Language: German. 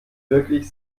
wirklich